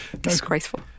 Disgraceful